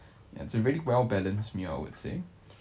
and it's a really well balanced meal I would say